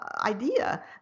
idea